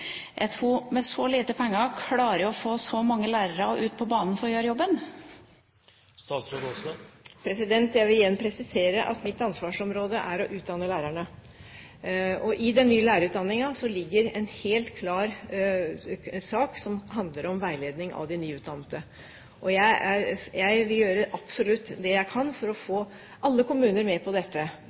hun med så lite penger klarer å få så mange lærere ut på banen for å gjøre jobben? Jeg vil igjen presisere at mitt ansvarsområde er utdanning av lærere. I den nye lærerutdanningen ligger en helt klar sak som handler om veiledning av de nyutdannede. Jeg vil gjøre absolutt det jeg kan for å få alle kommunene med på dette